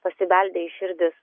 pasibeldė į širdis